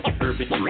Urban